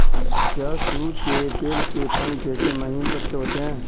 क्या सरु के बेल के पंख जैसे महीन पत्ते होते हैं?